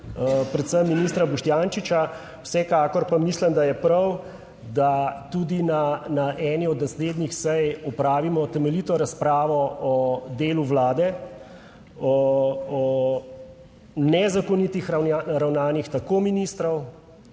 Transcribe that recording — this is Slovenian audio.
predvsem ministra Boštjančiča. Vsekakor pa mislim, da je prav, da tudi na eni od naslednjih sej opravimo temeljito razpravo o delu vlade, o nezakonitih ravnanjih tako ministrov